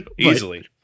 Easily